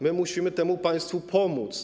Musimy temu państwu pomóc.